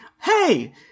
Hey